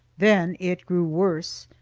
then it grew worse.